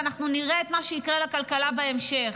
ואנחנו נראה את מה שיקרה לכלכלה בהמשך.